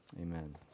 amen